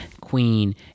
queen